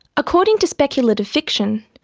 according to speculative fiction,